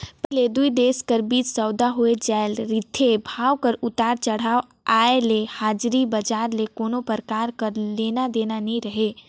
पहिली ले दुई देश कर बीच सउदा होए जाए रिथे, भाव कर उतार चढ़ाव आय ले हाजरी बजार ले कोनो परकार कर लेना देना नी रहें